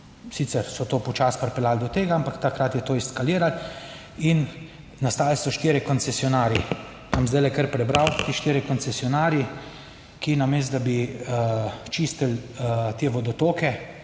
Sicer so to počasi pripeljali do tega, ampak takrat je to eskaliralo in nastali so štirje koncesionarji. Bom zdaj kar prebral, ti štirje koncesionarji, ki namesto, da bi čistili te vodotoke,